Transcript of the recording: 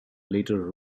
later